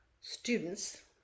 students